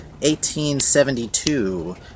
1872